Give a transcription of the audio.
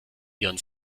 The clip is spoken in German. ihren